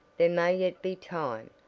there may yet be time.